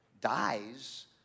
dies